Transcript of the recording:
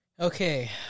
Okay